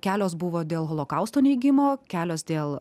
kelios buvo dėl holokausto neigimo kelios dėl